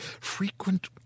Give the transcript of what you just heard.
frequent